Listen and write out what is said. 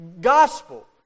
Gospel